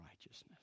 righteousness